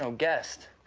so guest.